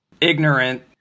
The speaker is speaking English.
ignorant